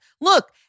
Look